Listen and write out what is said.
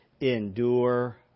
endure